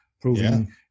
proving